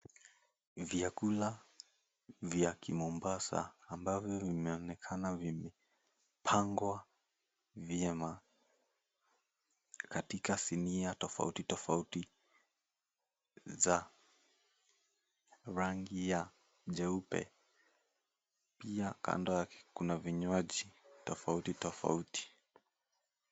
Vyakula vya kimombasa ambapo vimeonekana vimepangwa vyema katika sinia tofauti tofauti za rangi nyeupe na kando kuna vinywaji tofauti tofauti.